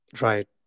right